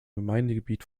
gemeindegebiet